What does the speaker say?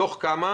מתוך כמה?